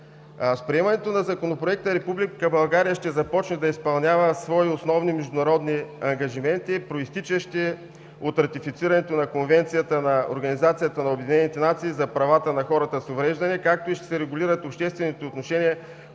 С приемането на Законопроекта Република България ще започне да изпълнява свои основни международни ангажименти, произтичащи от ратифицирането на Конвенцията на ООН за правата на хората с увреждания, както и ще се регулират обществените отношения,